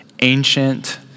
ancient